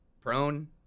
prone